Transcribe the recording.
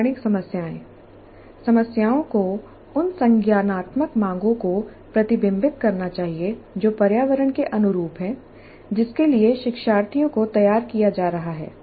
प्रामाणिक समस्याएं समस्याओं को उन संज्ञानात्मक मांगों को प्रतिबिंबित करना चाहिए जो पर्यावरण के अनुरूप हैं जिसके लिए शिक्षार्थियों को तैयार किया जा रहा है